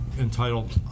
entitled